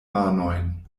manojn